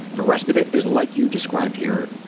the rest of it is like you described here,